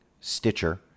Stitcher